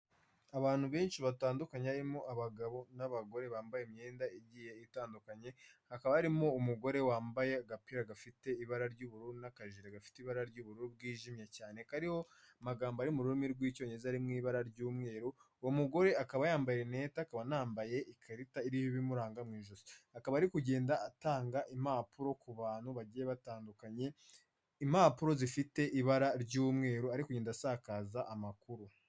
Abantu benshi batandukanye harimo abagabo n'abagore bambaye imyenda igiye itandukanye, hakaba arimo umugore wambaye agapira gafite ibara ry'ubururu n'akajire gafite ibara ry'ubururu bwijimye cyane, kariho amagambo ari mu rurimi rw'Icyongereza ari mu ibara ry'umweru, uwo mugore akaba yambaye rinete, akaba anambaye ikarita iriho ibimuranga mu ijosi, akaba ari kugenda atanga impapuro ku bantu bagiye batandukanye, impapuro zifite ibara ry'umweru, ari kugenda asakaza amakuru.